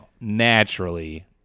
naturally